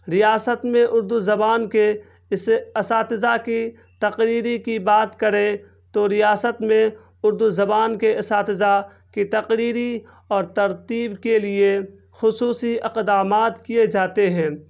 ریاست میں اردو زبان کے اساتذہ کی تقریری کی بات کریں تو ریاست میں اردو زبان کے اساتذہ کی تقریری اور ترتیب کے لیے خصوصی اقدامات کیے جاتے ہیں